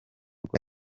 rwa